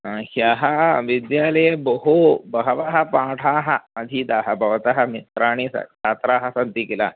ह ह्यः विद्यालये बहु बहवः पाठाः अधीताः भवतः मित्राणि स छात्राः सन्ति किल